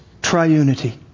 triunity